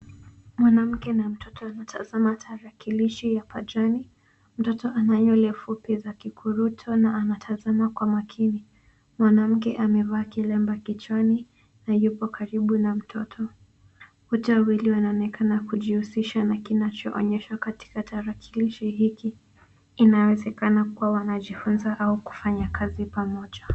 Mwanamke na mtoto wanatazama tarakilishi ya pajani. Mtoto ana nywele fupi za kikuruto na anatazama kwa makini. Mwanamke amevaa kilemba kichwani na yupo karibu na mtoto. Wote wawili wanaonekana kujihusisha na kinachoonyeshwa katika tarakilishi hiki. Inawezekana kuwa wanajifunza au kufanya kazi pamoja.